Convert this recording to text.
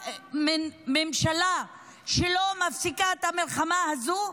ממשלה שלא מפסיקה את המלחמה הזאת,